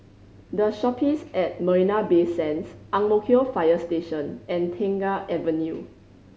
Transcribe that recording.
The Shoppes at Marina Bay Sands Ang Mo Kio Fire Station and Tengah Avenue